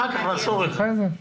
אחר כך נחזור לזה.